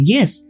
Yes